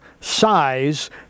size